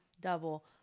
double